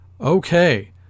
Okay